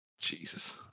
Jesus